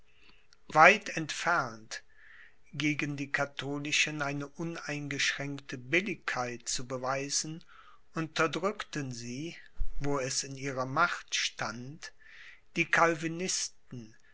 weit entfernt gegen die katholischen eine uneingeschränkte billigkeit zu beweisen unterdrückten sie wo es in ihrer macht stand die